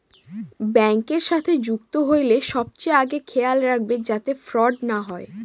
ব্যাঙ্কের সাথে যুক্ত হইলে সবচেয়ে আগে খেয়াল রাখবে যাতে ফ্রড না হয়